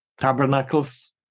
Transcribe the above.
tabernacles